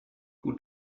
who